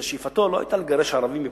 ששאיפתו לא היתה לגרש ערבים מפה,